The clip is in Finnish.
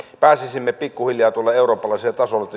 pääsisimme pikkuhiljaa tuolle eurooppalaiselle tasolle